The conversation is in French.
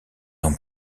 ans